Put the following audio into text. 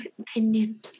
opinion